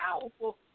powerful